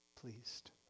pleased